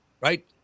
right